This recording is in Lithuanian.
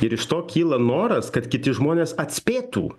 ir iš to kyla noras kad kiti žmonės atspėtų